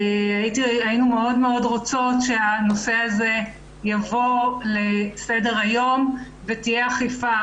היינו מאוד רוצות שהנושא הזה יבוא לסדר היום ותהיה אכיפה.